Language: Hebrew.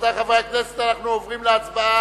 רבותי חברי הכנסת, אנחנו עוברים להצבעה